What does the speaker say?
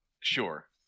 Sure